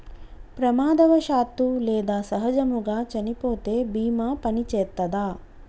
ప్రమాదవశాత్తు లేదా సహజముగా చనిపోతే బీమా పనిచేత్తదా?